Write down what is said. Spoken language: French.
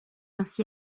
ainsi